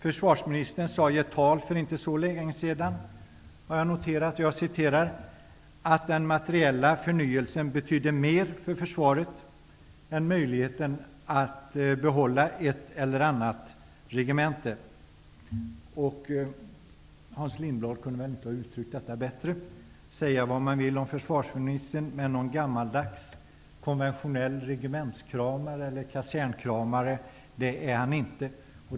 Försvarsministern sade i ett tal för inte så länge sedan att den materiella förnyelsen betyder mer för försvaret än möjligheterna att behålla ett eller annat regemente. Hans Lindblad kunde inte ha uttryckt det bättre. Säga vad man vill om försvarsministern, men någon gammaldags konventionell regementskramare eller kasernkramare är han inte.